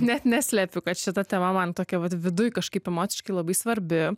net neslepiu kad šita tema man tokia vat viduj kažkaip emociškai labai svarbi